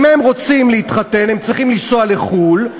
אם הם רוצים להתחתן הם צריכים לנסוע לחו"ל,